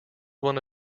one